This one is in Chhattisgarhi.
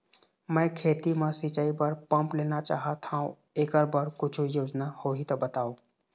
मैं खेती म सिचाई बर पंप लेना चाहत हाव, एकर बर कुछू योजना होही त बताव?